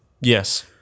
Yes